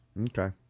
Okay